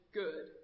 good